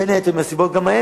בין היתר גם מהסיבות האלה,